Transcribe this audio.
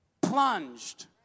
Plunged